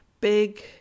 big